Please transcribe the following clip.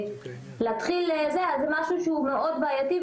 זה משהו שהוא מאוד בעייתי.